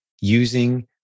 using